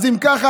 אז אם ככה,